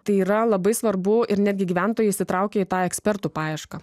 tai yra labai svarbu ir netgi gyventojai įsitraukė į tą ekspertų paiešką